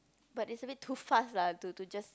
but is a bit too fast lah to to just